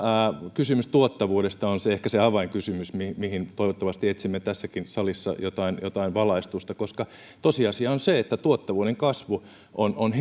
kysymys tuottavuudesta on ehkä se avainkysymys johon toivottavasti etsimme tässäkin salissa jotain jotain valaistusta koska tosiasia on se että tuottavuuden kasvu on on